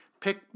Pick